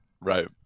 Right